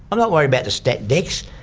i'm not worried about the stat decs.